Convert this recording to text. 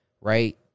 right